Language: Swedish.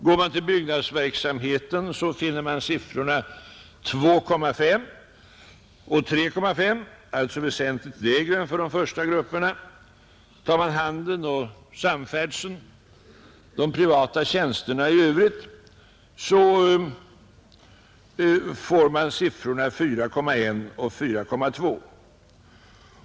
För byggnadsverksamheten finner man siffrorna 2,5 och 3,5, alltså väsentligt lägre än för de första grupperna. Tar man handel och samfärdsel, privata tjänster i övrigt, är procentsiffrorna 4,1 och 4,2.